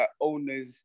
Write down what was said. owners